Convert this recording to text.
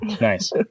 Nice